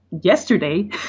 yesterday